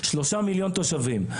3 מיליון תושבים,